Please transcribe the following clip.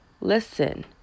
listen